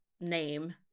name